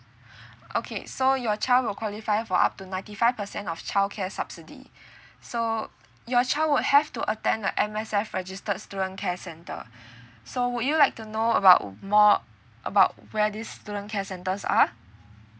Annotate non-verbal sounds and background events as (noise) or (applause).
(breath) okay so your child will qualify for up to ninety five percent of childcare subsidy so your child would have to attend the M_S_F registered student care centre (breath) so would you like to know about more about where this student care centres are